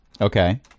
Okay